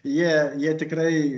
jie jie tikrai